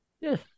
Yes